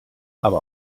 aber